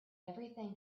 everything